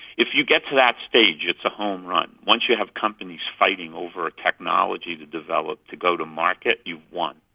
if you get to that stage it's a home run. once you have companies fighting over a technology to develop to go to market, you've won,